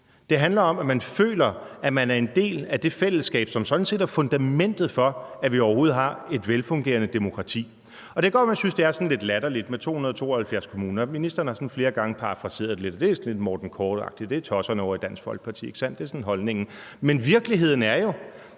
Det handler om, at man føler, at man er en del af det fællesskab, som sådan set er fundamentet for, at vi overhovedet har et velfungerende demokrati. Det kan godt være, at man synes, det er lidt latterligt med 272 kommuner. Ministeren har flere gange sådan parafraseret det lidt: Det er sådan lidt Morten Korch-agtigt; det er tosserne ovre i Dansk Folkeparti, ikke sandt? Det er holdningen, men virkeligheden er jo,